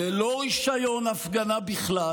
ללא רישיון הפגנה בכלל,